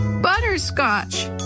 Butterscotch